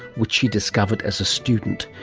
which she discovered as a student.